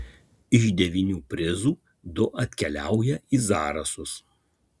iš devynių prizų du atkeliauja į zarasus